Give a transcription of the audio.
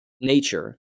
nature